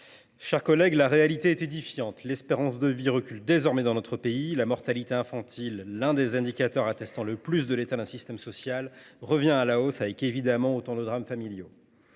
chers collègues, la réalité est édifiante. L’espérance de vie recule désormais dans notre pays. La mortalité infantile, l’un des indicateurs attestant le plus de l’état d’un système social, revient à la hausse, avec évidemment autant de drames familiaux.